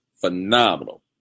phenomenal